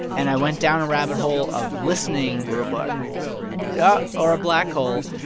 and i went down a rabbit hole of listening. or a black hole yeah or a black hole.